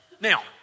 Now